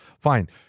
fine